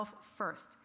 first